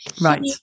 Right